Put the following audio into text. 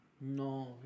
No